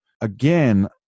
Again